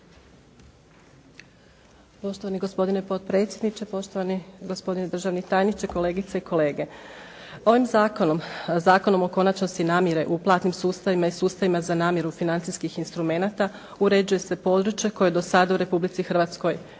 Poštovani gospodine potpredsjedniče, poštovani gospodine državni tajniče, kolegice i kolege. Ovim Zakonom, Zakonom o konačnosti namjere u platnim sustavima i sustavima za namjeru financijskih instrumenata uređuje se područje koje do sada u Republici Hrvatskoj